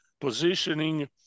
positioning